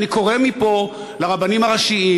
אני קורא מפה לרבנים הראשיים,